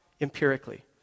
empirically